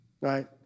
right